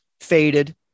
faded